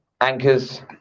anchors